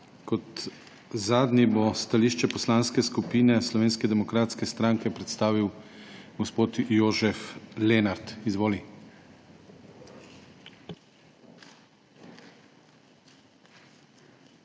Kot zadnji bo stališče Poslanske skupine Slovenske demokratske stranke predstavil gospod Jožef Lenart. Izvoli.